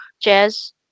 jazz